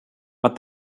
but